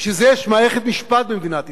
בשביל זה יש מערכת משפט במדינת ישראל.